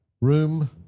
Room